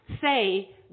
say